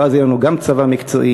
ואז יהיה לנו גם צבא מקצועי,